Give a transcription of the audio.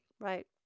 Right